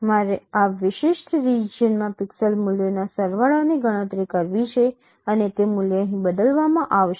મારે આ વિશિષ્ટ રિજિયનમાં પિક્સેલ મૂલ્યોના સરવાળાની ગણતરી કરવી છે અને તે મૂલ્ય અહીં બદલવામાં આવશે